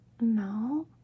No